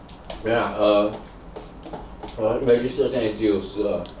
没有 lah err registered 现在只有十二